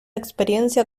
experiencia